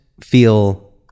feel